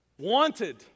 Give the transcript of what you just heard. Wanted